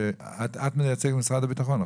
את מייצגת את משרד הביטחון,